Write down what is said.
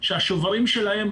שהשוברים שלהן,